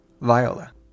Viola